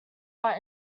are